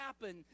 happen